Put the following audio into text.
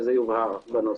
וזה יובהר בנוסח.